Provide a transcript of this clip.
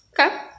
okay